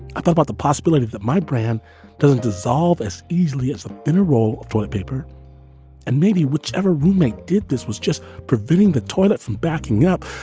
i thought about the possibility that my brand doesn't dissolve as easily as a in a role for the paper and maybe whichever roommate did. this was just preventing the toilet from backing up.